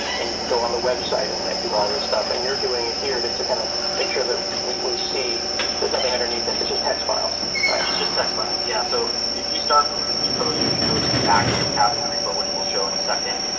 and you can go on the website and and do all this stuff, and you're doing it here just to kind of make sure that we see there's nothing underneath it. it's just text files. it's just text files, yeah. so if you start from your repo, you can go to the actions tab in your repo, which we'll show in a second,